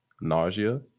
nausea